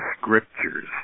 scriptures